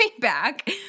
back